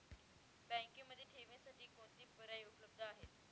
बँकेमध्ये ठेवींसाठी कोणते पर्याय उपलब्ध आहेत?